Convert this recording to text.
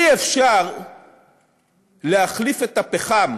אי-אפשר להחליף את הפחם